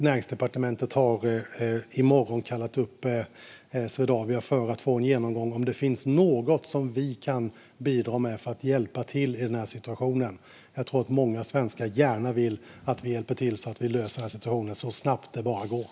Näringsdepartementet har i morgon kallat upp Swedavia för att få en genomgång av om det finns någonting som vi kan bidra med för att hjälpa till i denna situation. Jag tror att många svenskar gärna vill att vi hjälper till så att vi löser denna situation så snabbt det bara går.